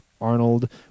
Arnold